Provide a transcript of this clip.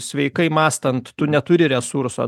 sveikai mąstant tu neturi resurso